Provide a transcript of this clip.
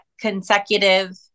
consecutive